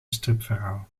stripverhaal